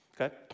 Okay